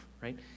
right